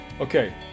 Okay